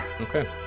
Okay